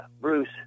Bruce